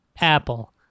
apple